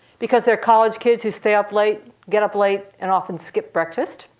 because they're college kids who stay up late, get up late, and often skip breakfast.